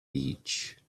beach